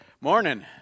Morning